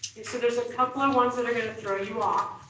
and so there's a couple of ones that are gonna throw you off.